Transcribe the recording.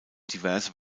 diverse